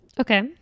Okay